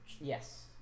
Yes